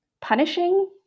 punishing